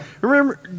Remember